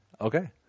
Okay